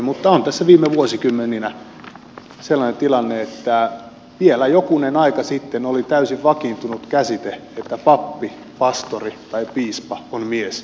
mutta on tässä viime vuosikymmeninä ollut sellainen tilanne että vielä jokunen aika sitten oli täysin vakiintunut käsite että pappi pastori tai piispa on mies ja vain mies